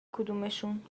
کدومشون